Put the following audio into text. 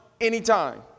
anytime